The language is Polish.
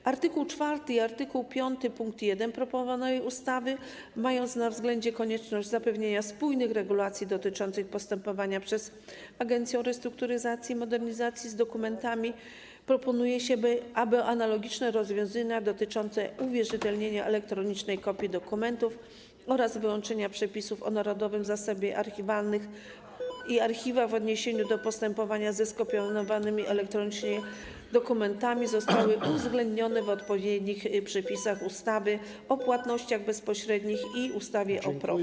W art. 4 i art. 5 pkt 1 proponowanej ustawy, mając na względzie konieczność zapewnienie spójnych regulacji dotyczących postępowania przez agencję restrukturyzacji i modernizacji z dokumentami, proponuję się, aby analogiczne rozwiązania dotyczące uwierzytelnienia elektronicznej kopii dokumentów oraz wyłączenia przepisów o narodowym zasobie archiwalnym i archiwach w odniesieniu do postępowania ze skopiowanymi elektronicznie dokumentami zostały uwzględnione w odpowiednich przepisach ustawy o płatnościach bezpośrednich i ustawy o.